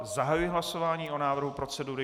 Zahajuji hlasování o návrhu procedury.